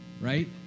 right